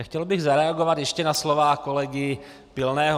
Chtěl bych zareagovat ještě na slova kolegy Pilného.